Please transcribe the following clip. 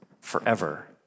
forever